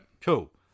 cool